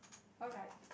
alright